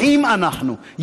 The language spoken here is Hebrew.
אחים אנחנו,